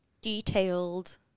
detailed